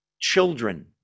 children